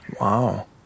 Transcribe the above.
Wow